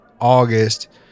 August